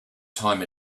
time